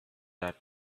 that